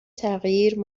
تغییر